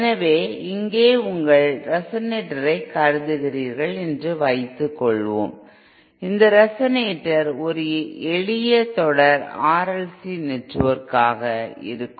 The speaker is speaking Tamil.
எனவே இங்கே உங்கள் ரேசனேட்டர்ஐ கருதுகிறீர்கள் என்று வைத்துக்கொள்வோம் இந்த ரெசனேட்டர் ஒரு எளிய தொடர் RLC நெட்வொர்க்காக இருக்கும்